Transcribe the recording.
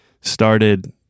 started